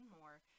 more